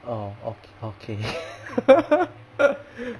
orh okay okay